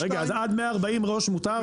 רגע, אז עד 140 ראש מותר?